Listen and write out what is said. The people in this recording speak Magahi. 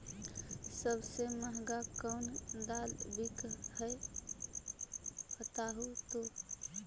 सबसे महंगा कोन दाल बिक है बताहु तो?